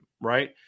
right